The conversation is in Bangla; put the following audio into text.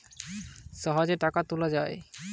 এ.টি.এম থেকে ইয়াকদম জলদি সহজে টাকা তুলে যায়